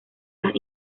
las